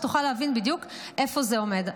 כדי שתוכל להבין בדיוק איפה זה עומד.